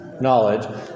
knowledge